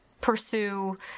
pursue